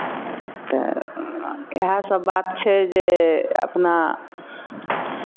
तऽ इएहसभ बात छै जे अपना